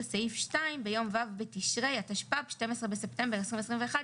סעיף 2 ביום ו' בתשרי התשפ"ב (12 בספטמבר 2021)."